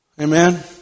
Amen